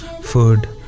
food